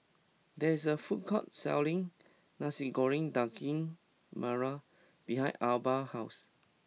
there is a food court selling Nasi Goreng Daging Merah behind Arba's house